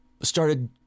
started